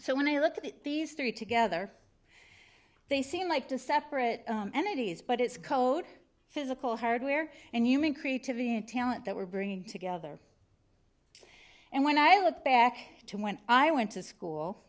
so when i look at these three together they seem like to separate entities but it's code physical hardware and human creativity and talent that we're bringing together and when i look back to when i went to school